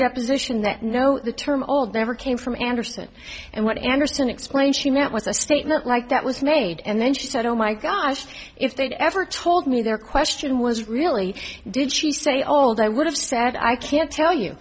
deposition that no the term old never came from anderson and what anderson explains she meant was a statement like that was made and then she said oh my gosh if they'd ever told me their question was really did she say old i would have said i can't tell you